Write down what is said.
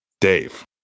Dave